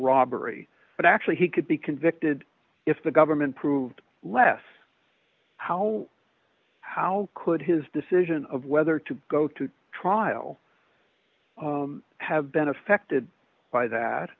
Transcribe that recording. robbery but actually he could be convicted if the government proved less how how could his decision of whether to go to trial have been affected by that